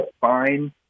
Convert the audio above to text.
fine